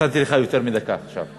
נתתי לך יותר מדקה עכשיו.